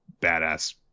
badass